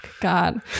god